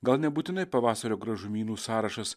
gal nebūtinai pavasario gražumynų sąrašas